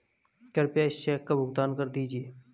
कृपया इस चेक का भुगतान कर दीजिए